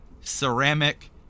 ceramic